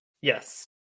Yes